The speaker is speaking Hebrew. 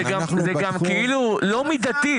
זה גם לא מידתי.